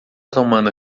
tomando